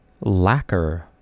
Lacquer